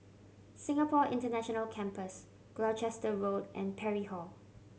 Singapore International Campus Gloucester Road and Parry Hall